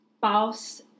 false